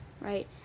right